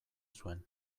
zuen